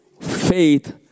faith